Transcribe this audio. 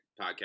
podcast